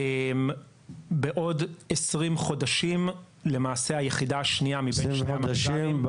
בעוד 20 חודשים למעשה היחידה השנייה --- בעוד 20 חודשים,